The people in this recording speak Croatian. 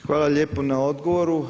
Hvala lijepo na odgovoru.